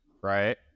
right